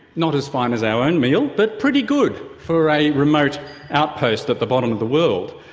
not as fine as our own meal, but pretty good for a remote outpost at the bottom of the world.